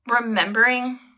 remembering